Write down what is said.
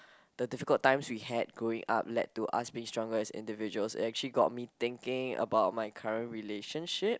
the difficult times we had growing up led to us being stronger as individuals it actually got me thinking about my current relationship